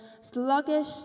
sluggish